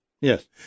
Yes